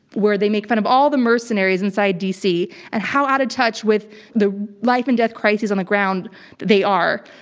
where they make fun of all the mercenaries inside dc and how out of touch with the life and death crises on the ground they are.